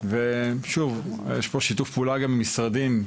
יש פה גם שיתופי פעולה עם משרדים,